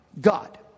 God